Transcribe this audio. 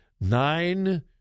nine